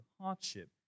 hardship